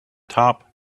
top